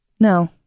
No